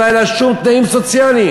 שלא היו לה שום תנאים סוציאליים.